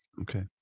Okay